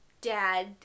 dad